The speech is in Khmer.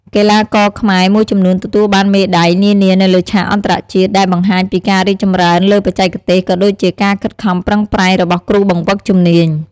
កីឡាករខ្មែរមួយចំនួនទទួលបានមេដាយនានានៅលើឆាកអន្តរជាតិ ដែលបង្ហាញពីការរីកចម្រើនលើបច្ចេកទេស ក៏ដូចជាការខិតខំប្រឹងប្រែងរបស់គ្រូបង្វឹកជំនាញ។